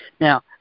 Now